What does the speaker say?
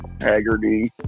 Haggerty